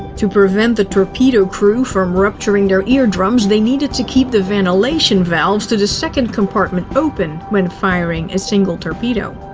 to prevent the torpedo crew from rupturing their ear drums, they needed to keep the ventilation valves to the second compartment open when firing a single torpedo.